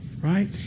right